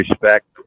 respect